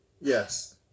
Yes